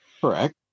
Correct